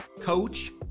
coach